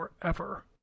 forever